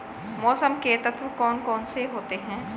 मौसम के तत्व कौन कौन से होते हैं?